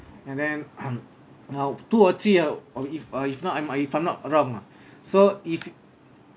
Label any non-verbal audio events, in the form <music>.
and then <coughs> now two or three ah if uh if not I'm I if I'm not wrong ah so if